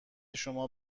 شما